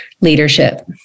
leadership